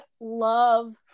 love